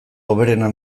hoberena